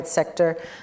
sector